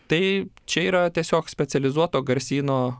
tai čia yra tiesiog specializuoto garsyno